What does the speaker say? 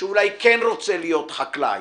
שאולי כן רוצה להיות חקלאי.